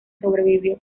sobrevivió